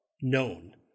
known